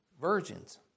virgins